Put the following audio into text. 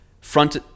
front